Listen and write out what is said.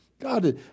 God